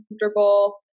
comfortable